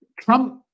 Trump